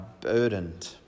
burdened